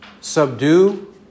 subdue